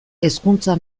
hezkuntza